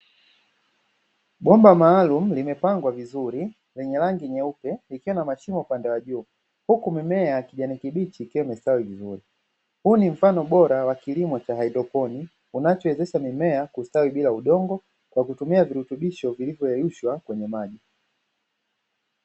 Bomba maalumu limepangwa vizuri lenye rangi nyeupe, likiwa na mashimo kwa juu, huku mimea ya kijani kibichi ikiwa imestawi vizuri. Huu ni mfano bora wa kilimo cha haidroponi unachowezesha mimea kustawi bila udongo kwa kutumia virutubisho vilivyoyeyushwa kwenye maji.